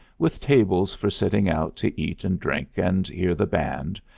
with tables for sitting out to eat and drink and hear the band,